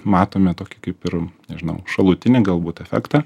matome tokį kaip ir nežinau šalutinį galbūt efektą